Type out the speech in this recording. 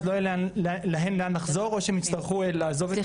לא יהיה להן לאן לחזור או שהן יצטרכו לעזוב את ---.